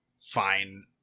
fine